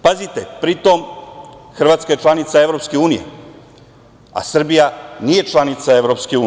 Pazite, pri tom Hrvatska je članica EU, a Srbija nije članica EU.